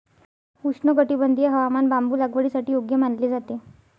उष्णकटिबंधीय हवामान बांबू लागवडीसाठी योग्य मानले जाते